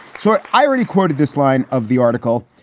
so i already quoted this line of the article.